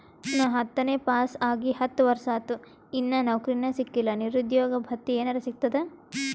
ನಾ ಹತ್ತನೇ ಪಾಸ್ ಆಗಿ ಹತ್ತ ವರ್ಸಾತು, ಇನ್ನಾ ನೌಕ್ರಿನೆ ಸಿಕಿಲ್ಲ, ನಿರುದ್ಯೋಗ ಭತ್ತಿ ಎನೆರೆ ಸಿಗ್ತದಾ?